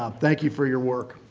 um thank you for your work.